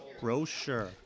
brochure